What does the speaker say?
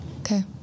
Okay